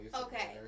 Okay